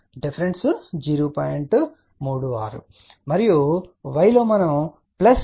36 గా అవుతుంది మరియు y లో మనం 0